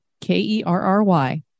K-E-R-R-Y